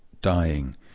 dying